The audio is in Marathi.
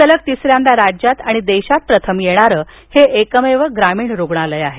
सलग तिस यांदा राज्यात आणि देशात प्रथम येणारं हे एकमेव ग्रामीण रुग्णालय आहे